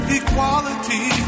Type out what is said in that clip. equality